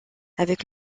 avec